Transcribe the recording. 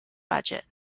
budget